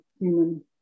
human